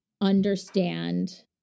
understand